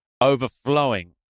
overflowing